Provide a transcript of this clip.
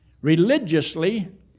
Religiously